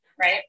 right